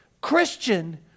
Christian